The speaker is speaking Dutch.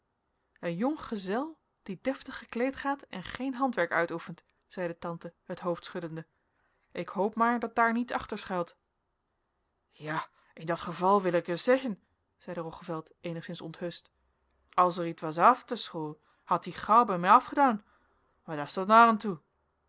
een jong gezel die deftig gekleed gaat en geen handwerk uitoefent zeide tante het hoofd schuddende ik hoop maar dat daar niets achter schuilt ja in dat geval wil ik ereis zeggen zeide roggeveld eenigszins onthutst as er ietwes after school had ie gauw bij mij afedaan